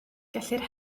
gellir